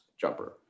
jumper